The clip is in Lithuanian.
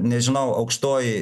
nežinau aukštoji